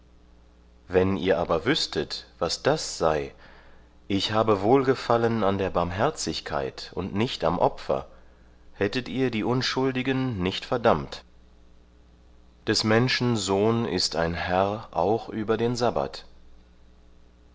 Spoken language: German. wenn ihr aber wüßtet was das sei ich habe wohlgefallen an der barmherzigkeit und nicht am opfer hättet ihr die unschuldigen nicht verdammt des menschen sohn ist ein herr auch über den sabbat